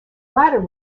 latter